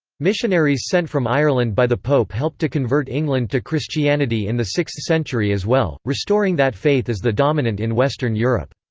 missionaries sent from ireland by the pope helped to convert england to christianity in the sixth century as well, restoring that faith as the dominant in western europe.